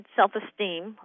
self-esteem